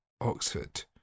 Oxford